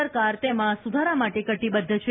સરકાર તેમા સુધારા માટે કટિબદ્વ છે